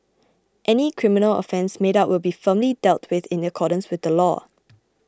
any criminal offence made out will be firmly dealt with in accordance with the law